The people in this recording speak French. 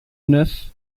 neuf